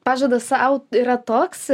pažadas sau yra toks